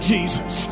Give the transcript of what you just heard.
Jesus